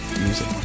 music